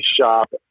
shop